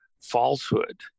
falsehood